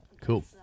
Cool